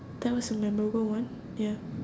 that was a memorable one ya